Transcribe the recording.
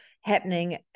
happening